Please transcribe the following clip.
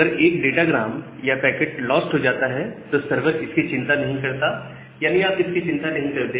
अगर एक datagram या एक पैकेट लॉस्ट हो जाता है तो सर्वर इसकी चिंता नहीं करता यानी आप इसकी चिंता नहीं करते